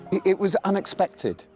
it was unexpected,